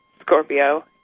Scorpio